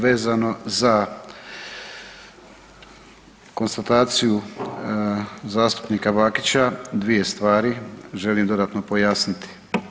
Vezano za konstataciju zastupnika Bakića dvije stvari želim dodatno pojasniti.